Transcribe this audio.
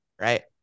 right